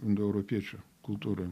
indoeuropiečių kultūroj